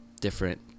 different